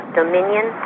dominion